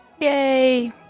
Yay